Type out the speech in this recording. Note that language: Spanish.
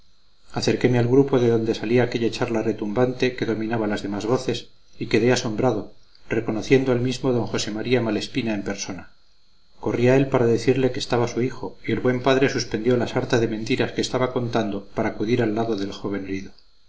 acerqueme al grupo de donde salía aquella charla retumbante que dominaba las demás voces y quedé asombrado reconociendo al mismo d josé maría malespina en persona corrí a él para decirle que estaba su hijo y el buen padre suspendió la sarta de mentiras que estaba contando para acudir al lado del joven herido